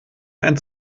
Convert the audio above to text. einen